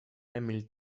emil